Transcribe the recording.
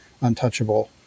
untouchable